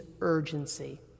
urgency